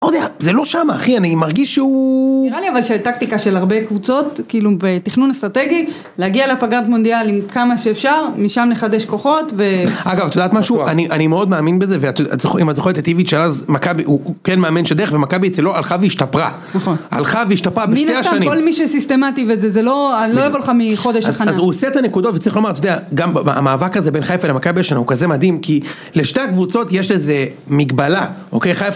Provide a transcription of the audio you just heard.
לא יודע, זה לא שם אחי, אני מרגיש שהוא... נראה לי אבל שזה טקטיקה של הרבה קבוצות כאילו בתכנון אסטרטגי להגיע לפגרת מונדיאל עם כמה שאפשר משם נחדש כוחות ו.. , אגב, את יודעת משהו? אני מאוד מאמין בזה ואם את זוכרת את טיוויץ' שאז הוא כן מאמן של דרך, ומכבי אצלו הלכה והשתפרה. נכון. הלכה והשתפרה בשתי השנים מי נטל כל מי שסיסטמטי וזה זה לא, אני לא אבוא לך מחודש , הוא עושה את הנקודות וצריך לומר, את יודעת, גם המאבק הזה בין חיפה למכבי שלנו הוא כזה מדהים כי לשתי הקבוצות יש איזה מגבלה, אוקיי?